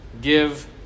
give